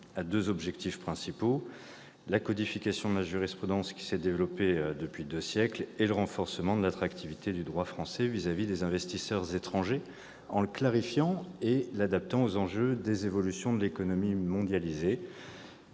à deux objectifs principaux : la codification de la jurisprudence qui s'est développée depuis deux siècles et le renforcement de l'attractivité du droit français vis-à-vis des investisseurs étrangers en le clarifiant et l'adaptant aux enjeux des évolutions de l'économie mondialisée.